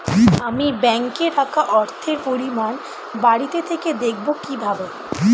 আমি ব্যাঙ্কে রাখা অর্থের পরিমাণ বাড়িতে থেকে দেখব কীভাবে?